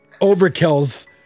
overkills